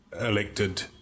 elected